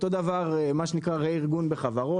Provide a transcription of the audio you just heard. אותו דבר מה שנקרא רה-ארגון בחברות,